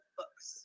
books